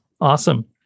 Awesome